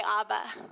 Abba